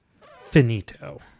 finito